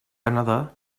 another